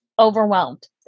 Overwhelmed